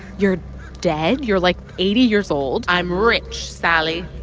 you're dead. you're, like, eighty years old i'm rich, sally.